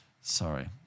Sorry